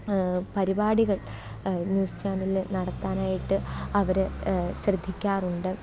പരിപാടികൾ ന്യൂസ് ചാനലിൽ നടത്താനായിട്ട് അവർ ശ്രദ്ധിക്കാറുണ്ട്